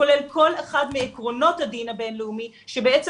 כולל כל אחד מעקרונות הדין הבין-לאומי שבעצם